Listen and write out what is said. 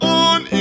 on